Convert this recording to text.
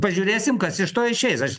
pažiūrėsim kas iš to išeis aš